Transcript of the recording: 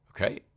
Okay